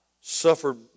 suffered